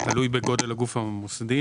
תלוי בגודל הגוף המוסדי.